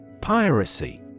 Piracy